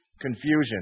confusion